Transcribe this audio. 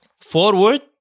forward